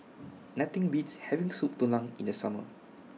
Nothing Beats having Soup Tulang in The Summer